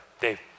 Dave